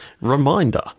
Reminder